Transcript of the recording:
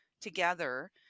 together